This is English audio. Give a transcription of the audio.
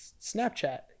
Snapchat